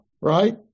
right